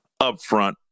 upfront